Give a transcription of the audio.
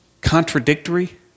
contradictory